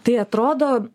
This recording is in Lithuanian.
tai atrodo